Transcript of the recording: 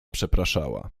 przepraszała